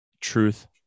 Truth